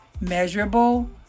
Measurable